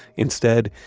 instead,